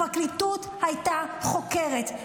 הפרקליטות הייתה חוקרת,